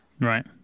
Right